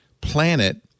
planet